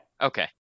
Okay